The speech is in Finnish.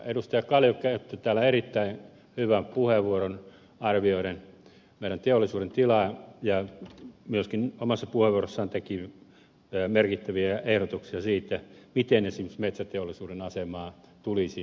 kallio käytti täällä erittäin hyvän puheenvuoron arvioiden meidän teollisuutemme tilaa ja myöskin omassa puheenvuorossaan teki merkittäviä ehdotuksia siitä miten esimerkiksi metsäteollisuuden asemaa tulisi korjata